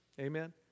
Amen